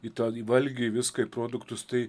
į tą valgį į viską į produktus tai